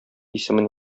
исемен